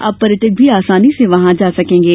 अब पर्यटक भी आसानी से वहां सकेंगे